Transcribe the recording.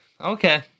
okay